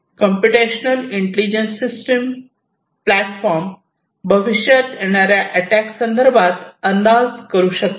computational intelligent system platform भविष्यात येणाऱ्या attack संदर्भात अंदाज करू शकते